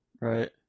right